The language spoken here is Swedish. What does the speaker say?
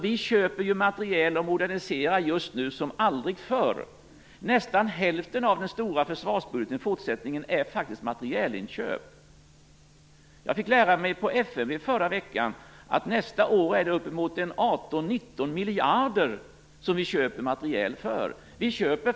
Vi köper och moderniserar just nu materiel som aldrig förr. Nästan hälften av den stora försvarsbudgeten går faktiskt till materielinköp. Jag fick lära mig på FMV förra veckan att vi nästa år kommer att köpa materiel för uppemot 18-19 miljarder.